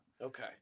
Okay